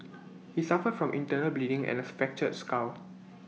he suffered from internal bleeding and A fractured skull